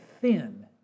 thin